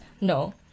no